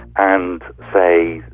and, say,